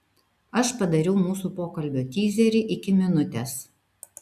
aš padariau mūsų pokalbio tyzerį iki minutės